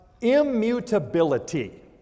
immutability